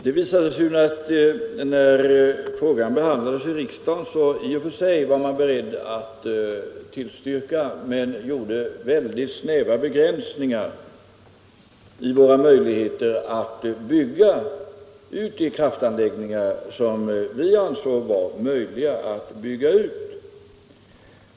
Det visade sig när frågan behandlades i riksdagen att man i och för sig var beredd att tillstyrka detta men gjorde mycket snäva begränsningar när det gällde de kraftanläggningar som vi ansåg möjliga att bygga ut.